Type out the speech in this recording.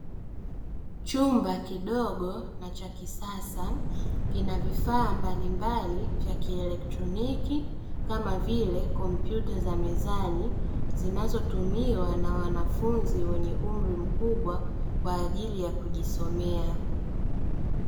Chumba kidogo na cha kisasa kina vifaa mbalimbali vya kielektroniki kama vile kompyuta za mezani, zinazotumiwa na wanafunzi wenye umri mkubwa kwa ajili ya kujisomea.